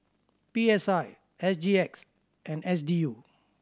P S I S G X and S D U